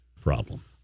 problem